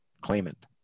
claimant